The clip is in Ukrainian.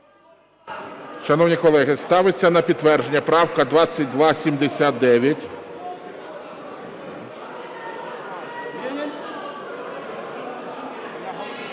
шановні колеги, я ставлю на підтвердження правку 2279.